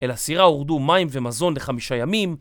אלא סירה הורדו מים ומזון לחמישה ימים